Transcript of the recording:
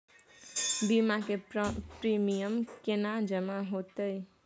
बीमा के प्रीमियम केना जमा हेते?